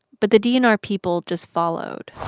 but the dnr people just followed